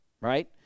right